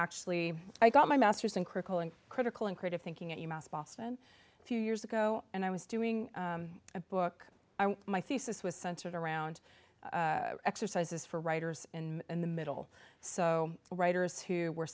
actually i got my master's in critical and critical and creative thinking at u mass boston a few years ago and i was doing a book my thesis was centered around exercises for writers in the middle so writers who were